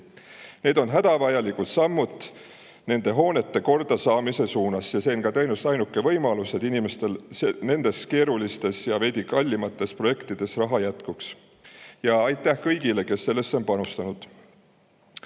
Need on hädavajalikud sammud hoonete kordasaamise suunas ja see on tõenäoliselt ainuke võimalus, kuidas inimestel nende keeruliste ja veidi kallimate projektide jaoks raha jätkub. Aitäh kõigile, kes sellesse on panustanud!